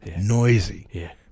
noisy